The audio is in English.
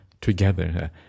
together